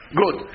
good